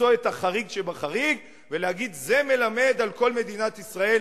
למצוא את החריג שבחריג ולהגיד: זה מלמד על כל מדינת ישראל